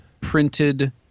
printed